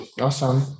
awesome